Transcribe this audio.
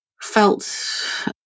felt